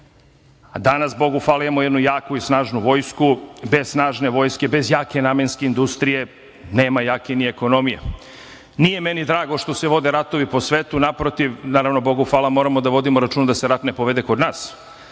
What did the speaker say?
A danas, Bogu hvala, imamo jednu jaku i snažnu vojsku. Bez snažne vojske, bez jake namenske industrije nema jake ni ekonomije. Nije meni drago što se vode ratovi po svetu. Naprotiv, naravno, Bogu hvala, moramo da vodimo računa da se rat ne povede kod nas,